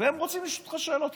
והם רוצים לשאול אותך שאלות.